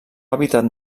hàbitat